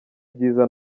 byiza